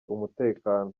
umutekano